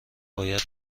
باید